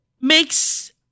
Makes